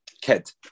kid